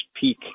peak